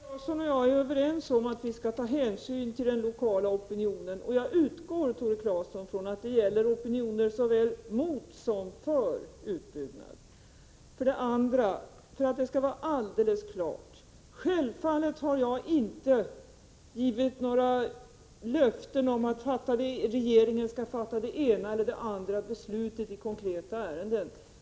Herr talman! Tore Claeson och jag är överens om att vi skall ta hänsyn till den lokala opinionen. Jag utgår, Tore Claeson, från att det gäller opinioner såväl mot som för utbyggnad. Jag vill, för att det skall vara alldeles klart, säga följande: Självfallet har jag inte givit några löften om att regeringen skall fatta det ena eller det andra beslutet i konkreta ärenden.